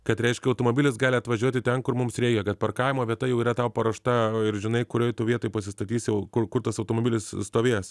kad reiškia automobilis gali atvažiuoti ten kur mums reikia kad parkavimo vieta jau yra tau paruošta ir žinai kurioj tu vietoj pasistatysi kur kur tas automobilis stovės